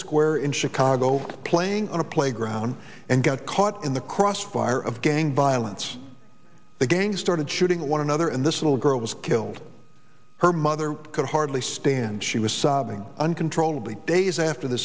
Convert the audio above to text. square in chicago playing on a playground and got caught in the crossfire of gang violence the gang started shooting one another and this little girl was killed her mother could hardly stand she was sobbing uncontrollably days after the